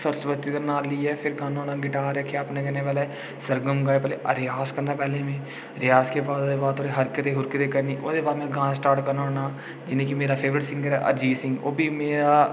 सरस्वती दा नांऽ लेइयै गान्ना होन्नां गिटार रक्खेआ अपने कन्नै पैह्लें सरगम गाए पैह्लें रियाज़ करना पैह्लें में रियाज दे हरकते हुरकते करियै ओह्दे बाद में गाना स्टार्ट करना होना जि'यां के मेरा फेवरेट सिंगर ऐ अरिजीत सिंह ओह्बी में